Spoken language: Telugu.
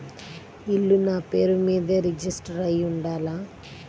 ఇల్లు నాపేరు మీదే రిజిస్టర్ అయ్యి ఉండాల?